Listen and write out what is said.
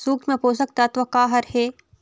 सूक्ष्म पोषक तत्व का हर हे?